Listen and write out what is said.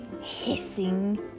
hissing